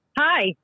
Hi